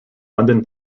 london